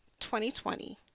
2020